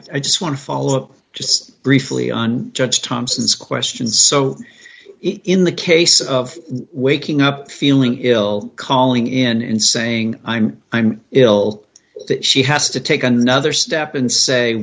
i just want to follow up just briefly on judge thompson's question so in the case of waking up feeling ill calling in and saying i'm i'm ill that she has to take another step and say